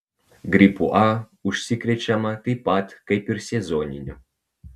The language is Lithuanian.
gripu a užsikrečiama taip pat kaip ir sezoniniu